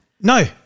No